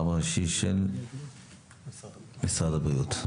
הרב הראשי של משרד הבריאות.